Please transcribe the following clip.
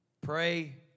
Pray